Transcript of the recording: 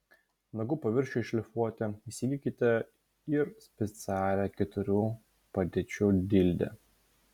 nagų paviršiui šlifuoti įsigykite ir specialią keturių padėčių dildę